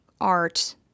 art